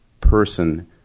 person